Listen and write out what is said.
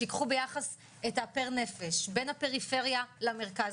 שייקחו ביחס את הפר נפש בין הפריפריה למרכז,